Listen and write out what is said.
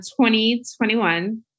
2021